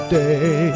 day